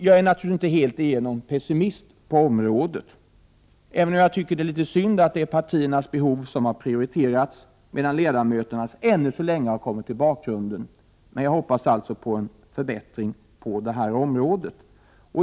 Jag är naturligtvis inte helt igenom pessimist på området, även om jag tycker att det är litet synd att partiernas behov har prioriterats, medan ledamöternas behov ännu får stå i bakgrunden. Jag hoppas naturligtvis på en förbättring därvidlag.